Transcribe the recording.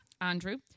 Andrew